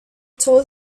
told